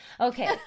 Okay